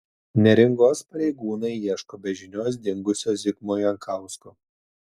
neringos pareigūnai ieško be žinios dingusio zigmo jankausko